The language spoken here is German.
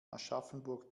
aschaffenburg